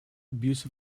abuse